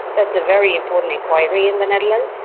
that's a very important inquiry in the netherlands,